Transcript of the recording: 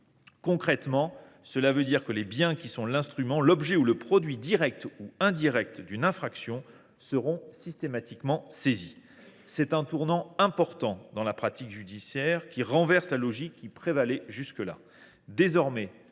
Concrètement, cela veut dire que les biens qui sont l’instrument, l’objet ou le produit direct ou indirect d’une infraction seront systématiquement saisis. Cela constitue un tournant important dans la pratique judiciaire, qui renverse la logique qui prévalait jusque là.